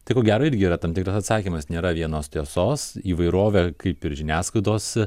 tai ko gero irgi yra tam tikras atsakymas nėra vienos tiesos įvairovė kaip ir žiniasklaidos